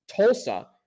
Tulsa